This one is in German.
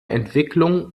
entwicklung